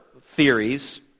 theories